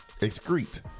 excrete